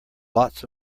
lots